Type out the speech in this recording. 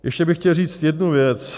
Ještě bych chtěl říct jednu věc.